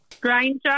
Granger